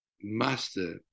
master